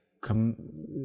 come